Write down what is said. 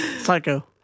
psycho